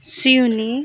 Seoni